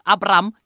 Abraham